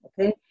Okay